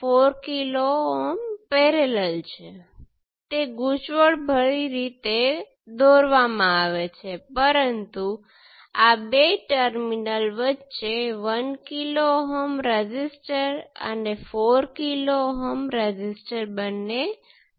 તેથી આ ચાર z પેરામિટર છે અને Z22 અહીં બીજું કંઇ નથી પરંતુ પોર્ટ 1 ઓપન સર્કિટ સાથે પોર્ટ 2 માં જોઈ રહેલો રેઝિસ્ટન્સ છે